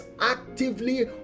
actively